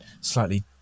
slightly